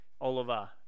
Oliver